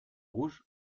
rouge